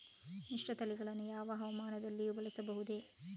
ಮಿಶ್ರತಳಿಗಳನ್ನು ಯಾವ ಹವಾಮಾನದಲ್ಲಿಯೂ ಬೆಳೆಸಬಹುದೇ?